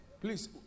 Please